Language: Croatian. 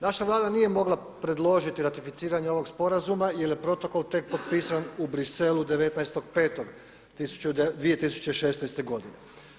Naša Vlada nije mogla predložiti ratificiranje ovog sporazuma jer je protokol tek potpisan u Bruxellesu 19.5.2016. godine.